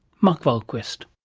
mark wahlqvist.